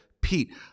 Pete